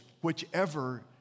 whichever